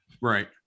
right